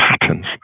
patterns